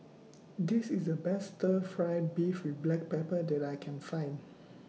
This IS The Best Stir Fry Beef with Black Pepper that I Can Find